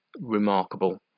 remarkable